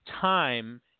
time